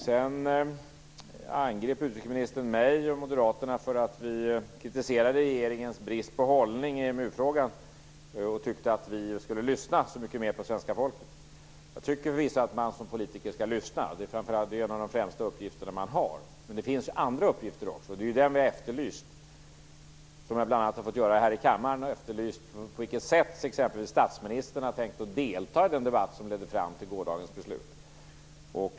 Sedan angrep utrikesministern mig och Moderaterna för att vi kritiserade regeringens brist på hållning i EMU-frågan och tyckte att vi skulle lyssna mycket mer på svenska folket. Jag tycker förvisso att man som politiker skall lyssna. Det är en av de främsta uppgifterna man har, men det finns ju andra uppgifter också. Det är detta vi har efterlyst, och det har jag bl.a. fått göra här i kammaren. Jag har efterlyst på vilket sätt t.ex. statsministern har tänkt att delta i den debatt som ledde fram till gårdagens beslut.